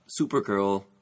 Supergirl